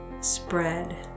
spread